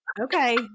Okay